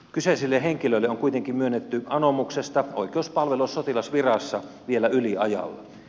kyseisille henkilöille on kuitenkin myönnetty anomuksesta oikeus palvella sotilasvirassa vielä yliajalla